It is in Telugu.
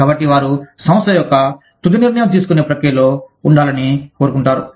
కాబట్టి వారు సంస్థ యొక్క తుది నిర్ణయం తీసుకునే ప్రక్రియలో ఉండాలని కోరుకుంటారు